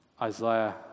Isaiah